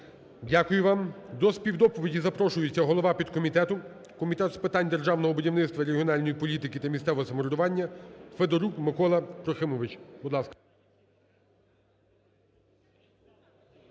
Дякую вам. До співдоповіді запрошується голова підкомітету Комітету з питань державного будівництва, регіональної політики та місцевого самоврядування Федорук Микола Трохимович. Будь ласка.